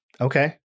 Okay